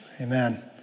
Amen